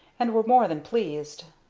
and were more than pleased.